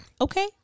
Okay